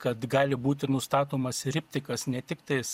kad gali būti nustatomas ir iptikas ne tiktais